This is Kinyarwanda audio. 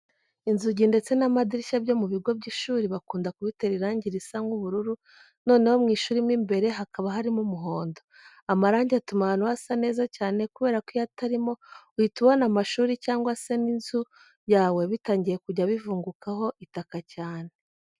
Inzugi ndetse n'amadirishya byo mu bigo by'ishuri bakunda kubitera irangi risa nk'ubururu, noneho mu ishuri mo imbere hakaba harimo umuhondo. Amarangi atuma ahantu hasa neza cyane kubera ko iyo atarimo uhita ubona amashuri cyangwa se n'inzu yawe bitangiiye kujya bivungukaho itaka cyane.